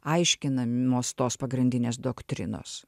aiškinamos tos pagrindinės doktrinos